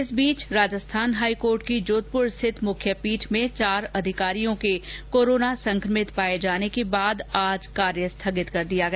इस बीच राजस्थान हाईकोर्ट की जोधपुर स्थित मुख्य पीठ में चार अधिकारियों के कोरोना संक्रमित पाए जाने के बाद आज कार्य स्थगित कर दिया गया